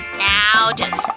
now just